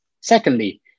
Secondly